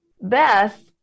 Beth